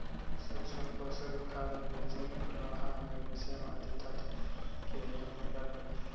सूक्ष्म पोषक खाद में जिंक, लोहा, मैग्निशियम आदि तत्व के मिलल होला